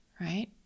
Right